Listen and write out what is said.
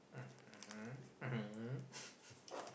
hmm mmhmm